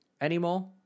anymore